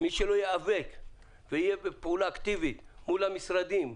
מי שלא ייאבק ויהיה בפעולה אקטיבית מול המשרדים,